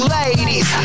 ladies